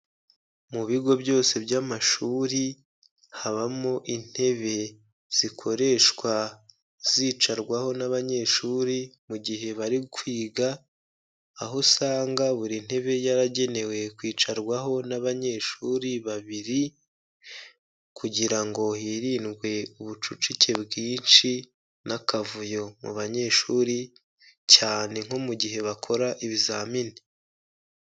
Mu bigo byose by'amashuri, habamo intebe zikoreshwa zicarwaho n'abanyeshuri mu gihe bari kwiga, aho usanga buri ntebe yaragenewe kwicarwaho n'abanyeshuri babiri, kugira ngo hirindwe ubucucike bwinshi n'akavuyo mu banyeshuri, cyane nko mu gihe bakora ibizamini.